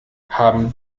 haben